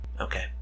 Okay